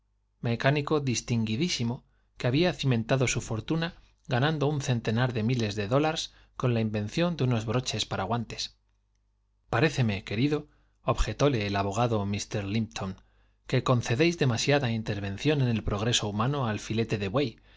mecánico distinguidísimo que había cimentado su fortuna ganando un centenar de miles de dollars con la invención de unos broches para guantes páréceme querido objetóle el abogado mi j limpton que concedéis demasiada interven ción en el progreso humano al filete de buey